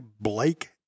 Blake